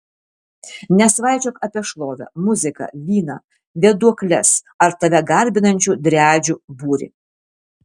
nesvaičiok apie šlovę muziką vyną vėduokles ar tave garbinančių driadžių būrį